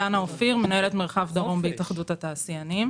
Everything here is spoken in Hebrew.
מנהלת מרחב דרום בהתאחדות התעשיינים.